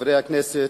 חברי הכנסת,